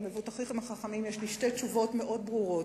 למבוטחים החכמים יש לי שתי תשובות מאוד ברורות: